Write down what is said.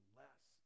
less